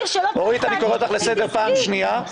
-- והסביר ש --- אני קורא אותך לסדר פעם שנייה.